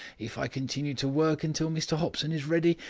if i continue to work until mr hopson is ready.